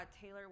Taylor